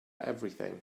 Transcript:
everything